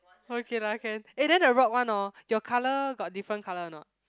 okay lah can eh then the rock one orh your colour got different colour or not